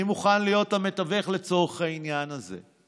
אני מוכן להיות המתווך לצורך העניין הזה,